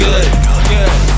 Good